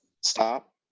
stop